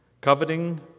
Coveting